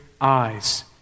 eyes